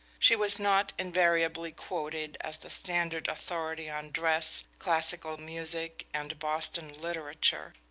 she was not invariably quoted as the standard authority on dress, classical music, and boston literature,